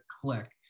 click